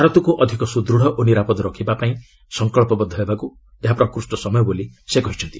ଭାରତକୁ ଅଧିକ ସୁଦୂଢ଼ ଓ ନିରାପଦ କରିବା ପାଇଁ ସଂକଳ୍ପବଦ୍ଧ ହେବାକୁ ଏହା ପ୍ରକୃଷ୍ଣ ସମୟ ବୋଲି ସେ କହିଛନ୍ତି